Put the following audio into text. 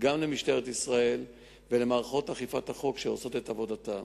למשטרת ישראל ולמערכות אכיפת החוק שעושות את עבודתן.